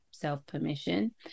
self-permission